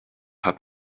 hat